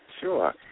Sure